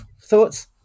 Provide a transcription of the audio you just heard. thoughts